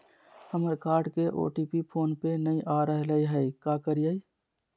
हमर कार्ड के OTP phone पे नई आ रहलई हई, का करयई?